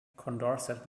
condorcet